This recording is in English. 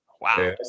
Wow